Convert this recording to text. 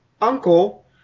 uncle